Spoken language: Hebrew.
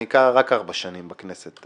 אני רק ארבע שנים בכנסת,